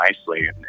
nicely